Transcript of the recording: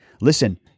Listen